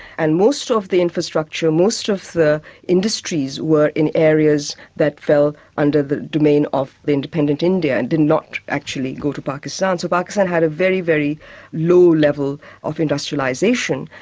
and most of the infrastructure, most of the industries were in areas that fell under the domain of the independent india, and did not actually go to pakistan. so pakistan had a very, very low level of industrialisation,